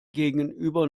gegenüber